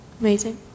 amazing